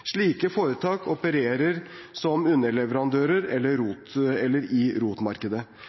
Slike foretak opererer som underleverandører eller